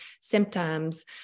symptoms